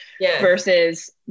versus